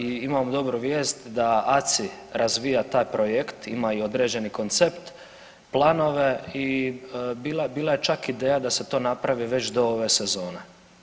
I imam dobru vijest da ACI razvija taj projekt, ima i određeni koncept, planove i bila je čak ideja da se to napravi već do ove sezone.